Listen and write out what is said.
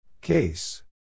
Case